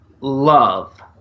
love